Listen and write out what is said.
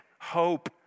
hope